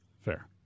Fair